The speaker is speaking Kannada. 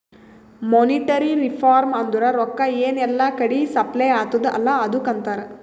ಮೋನಿಟರಿ ರಿಫಾರ್ಮ್ ಅಂದುರ್ ರೊಕ್ಕಾ ಎನ್ ಎಲ್ಲಾ ಕಡಿ ಸಪ್ಲೈ ಅತ್ತುದ್ ಅಲ್ಲಾ ಅದುಕ್ಕ ಅಂತಾರ್